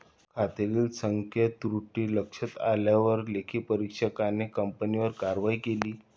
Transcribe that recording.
खात्यातील असंख्य त्रुटी लक्षात आल्यावर लेखापरीक्षकाने कंपनीवर कारवाई केली